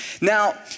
Now